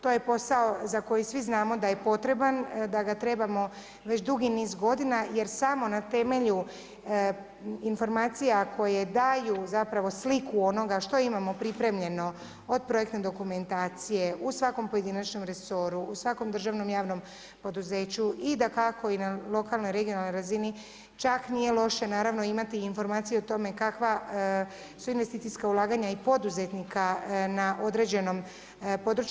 To je posao za koji svi znamo da je potreban, da ga trebamo već dugi niz godina jer samo na temelju informacija koje daju zapravo sliku onoga što imamo pripremljeno od projektne dokumentacije u svakom pojedinačnom resoru, u svakom državnom i javnom poduzeća i dakako na lokalnoj i regionalnoj razini, čak nije loša naravno imati i informaciju o tome kakva su investicijska ulaganja i poduzetnika na određenom području.